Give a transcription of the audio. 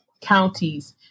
counties